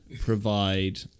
provide